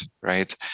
right